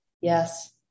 Yes